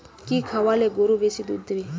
কি খাওয়ালে গরু বেশি দুধ দেবে?